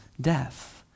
death